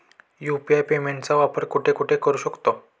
UPI पेमेंटचा वापर कुठे कुठे करू शकतो?